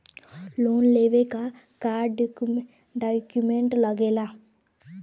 Loan लेवे के का डॉक्यूमेंट लागेला?